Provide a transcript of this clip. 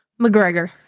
McGregor